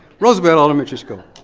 roosevelt elementary school.